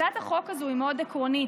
הצעת החוק הזו היא מאוד עקרונית.